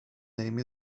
name